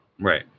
right